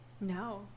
No